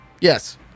Yes